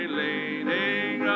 leaning